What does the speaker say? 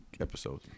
episode